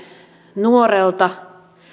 nuorelta